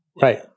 Right